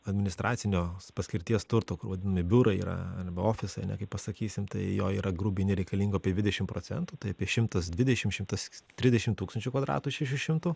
administracinio paskirties turto kur vadinami biurai yra arba ofisai kaip pasakysim tai jo yra grubiai nereikalingo apie dvidešim procentų tai apie šimtas dvidešim šimtas trisdešim tūkstančių kvadratų šešių šimtų